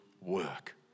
work